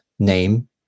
name